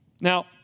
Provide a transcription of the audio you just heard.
Now